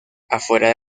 afuera